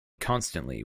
constantly